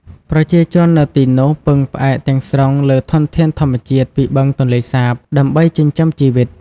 ប្រជាជននៅទីនោះពឹងផ្អែកទាំងស្រុងលើធនធានធម្មជាតិពីបឹងទន្លេសាបដើម្បីចិញ្ចឹមជីវិត។